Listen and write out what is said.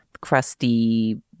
crusty